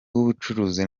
w’ubucuruzi